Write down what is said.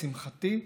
לשמחתי,